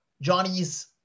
Johnny's